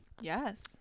yes